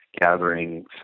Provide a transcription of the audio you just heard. gathering